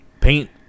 paint